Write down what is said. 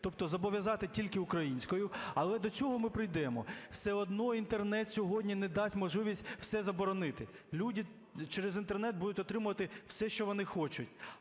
тобто зобов'язати тільки українською. Але до цього ми прийдемо, все одно Інтернет сьогодні не дасть можливості все заборонити. Люди через Інтернет будуть отримувати все, що вони хочуть.